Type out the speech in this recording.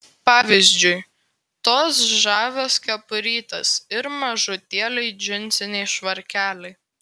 pavyzdžiui tos žavios kepurytės ir mažutėliai džinsiniai švarkeliai